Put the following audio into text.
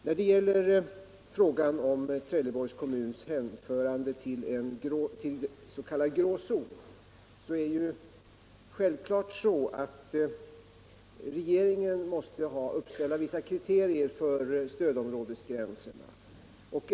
När det gäller frågan om Trelleborgs kommuns hänförande till dens.k. grå zonen vill jag anföra att regeringen självfallet måste uppställa vissa kriterier för stödområdesgränserna.